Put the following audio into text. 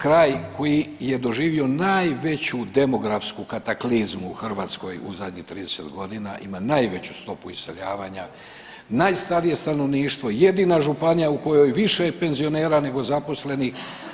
Kraj koji je doživio najveću demografsku kataklizmu u Hrvatskoj u zadnjih 30 godina ima najveću stopu iseljavanja, najstarije stanovništvo, jedina županija u kojoj je više penzionera nego zaposlenih.